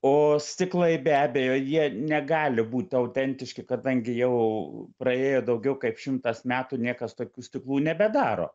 o stiklai be abejo jie negali būt autentiški kadangi jau praėjo daugiau kaip šimtas metų niekas tokių stiklų nebedaro